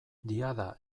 diada